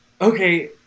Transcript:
okay